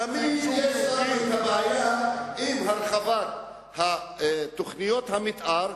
תמיד יש בעיה עם הרחבת תוכניות המיתאר,